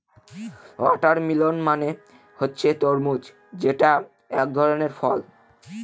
watermelon মানে হচ্ছে তরমুজ যেটা এক ধরনের ফল